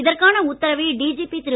இதற்கான உத்தரவை டிஜிபி திரு